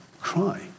cry